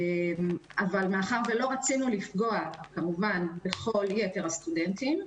מאחר שלא רצינו לפגוע בכל יתר הסטודנטים,